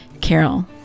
Carol